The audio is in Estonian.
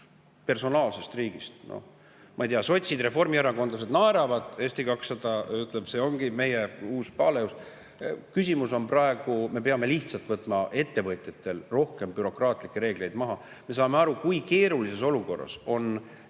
personaalsest riigist. Noh, ma ei tea, sotsid ja reformierakondlased naeravad, Eesti 200 ütleb, et see ongi meie uus paleus. Küsimus on praegu selles, et me peame lihtsalt võtma ettevõtjatel rohkem bürokraatlikke reegleid maha. Me saame aru, kui keerulises olukorras on